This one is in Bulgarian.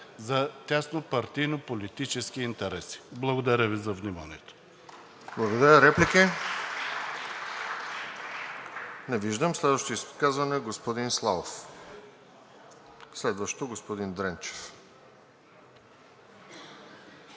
за тяснопартийно политически интереси. Благодаря Ви за вниманието.